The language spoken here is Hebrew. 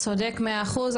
צודק מאה אחוז,